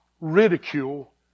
ridicule